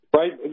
right